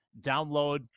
Download